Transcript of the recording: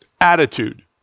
attitude